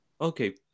Okay